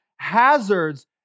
Hazards